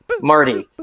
Marty